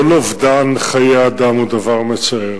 כל אובדן חיי אדם הוא דבר מצער,